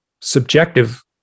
subjective